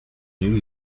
new